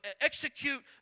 execute